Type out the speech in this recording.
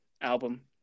album